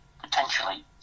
potentially